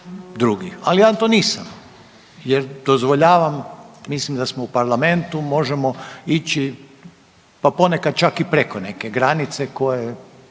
ali ja to nisam jer dozvoljavam, mislim da smo u parlamentu možemo ići pa ponekad čak i preko neke granice koja